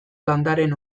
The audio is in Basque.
landareen